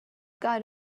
got